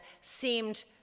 seemed